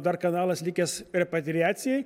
dar kanalas likęs repatriacijai